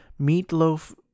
Meatloaf